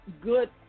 good